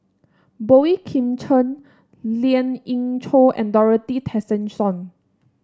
Boey Kim Cheng Lien Ying Chow and Dorothy Tessensohn